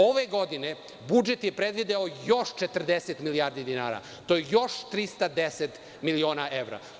Ove godine budžet je predvideo još 40 milijardi dinara i to je još 310 miliona evra.